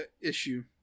issue